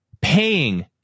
paying